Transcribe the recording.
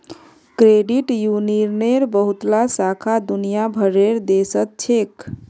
credit यूनियनेर बहुतला शाखा दुनिया भरेर देशत छेक